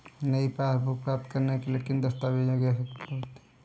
नई पासबुक प्राप्त करने के लिए किन दस्तावेज़ों की आवश्यकता होती है?